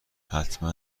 حتما